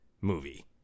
movie